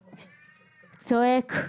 צועק.